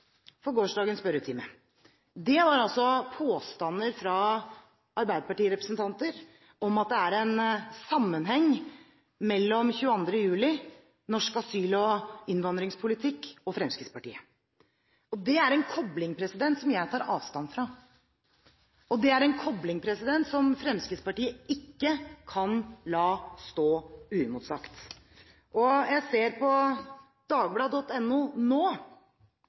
for gårsdagens spørretime var påstander fra arbeiderpartirepresentanter om at det er en sammenheng mellom 22. juli, norsk asyl- og innvandringspolitikk og Fremskrittspartiet. Det er en kobling som jeg tar avstand fra. Det er en kobling som Fremskrittspartiet ikke kan la stå uimotsagt. Jeg ser nå på